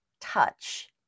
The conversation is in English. touch